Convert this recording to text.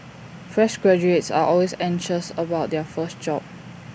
fresh graduates are always anxious about their first job